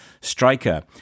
striker